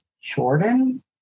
jordan